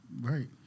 right